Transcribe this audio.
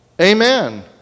Amen